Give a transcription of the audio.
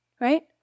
right